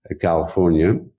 California